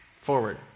forward